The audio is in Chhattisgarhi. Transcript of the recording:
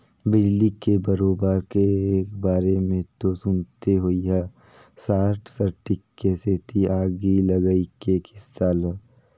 बिजली के करोबार के बारे मे तो सुनते होइहा सार्ट सर्किट के सेती आगी लगई के किस्सा ल